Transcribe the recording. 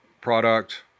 product